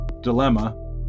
dilemma